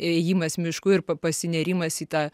ėjimas mišku ir pa pasinėrimas į tą